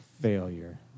Failure